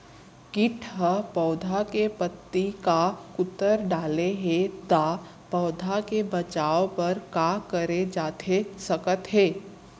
किट ह पौधा के पत्ती का कुतर डाले हे ता पौधा के बचाओ बर का करे जाथे सकत हे?